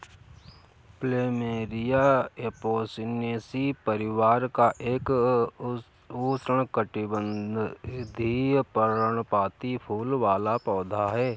plumeria Apocynaceae परिवार का एक उष्णकटिबंधीय, पर्णपाती फूल वाला पौधा है